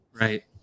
Right